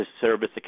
service